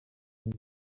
miss